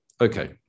Okay